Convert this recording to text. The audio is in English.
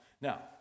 Now